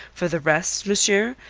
for the rest, monsieur,